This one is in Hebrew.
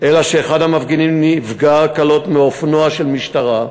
אלא אחד המפגינים נפגע קלות מאופנוע של משטרה,